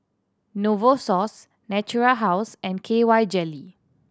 Novosource Natura House and K Y Jelly